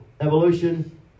evolution